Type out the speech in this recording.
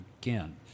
again